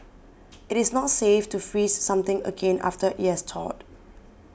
it is not safe to freeze something again after it has thawed